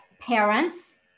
parents